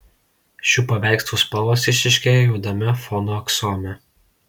šių paveikslų spalvos išryškėja juodame fono aksome